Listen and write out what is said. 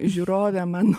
žiūrovė man